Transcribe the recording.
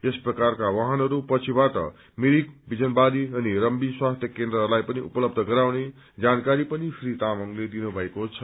यस प्रकारको वाइनहरू पछि बाट मिरिक बिजनक्ररी अनि रम्भी स्वास्थ्य केन्द्रहरूलाई पनि उपलब्ध गराइने जानकारी पनि श्री तामाङले दिनु भएको छ